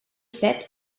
set